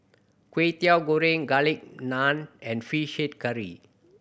Kway Teow Goreng Garlic Naan and Fish Head Curry